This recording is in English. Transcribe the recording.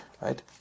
Right